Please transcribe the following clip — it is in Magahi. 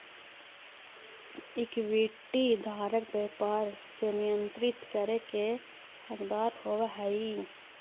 इक्विटी धारक व्यापार के नियंत्रित करे के हकदार होवऽ हइ